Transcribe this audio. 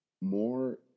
more